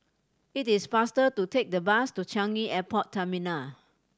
it is faster to take the bus to Changi Airport Terminal